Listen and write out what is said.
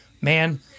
Man